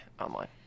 online